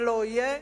ולא יהיה.